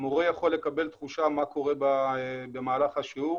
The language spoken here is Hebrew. המורה יכול לקבל תחושה מה קורה במהלך השיעור.